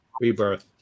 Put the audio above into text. rebirth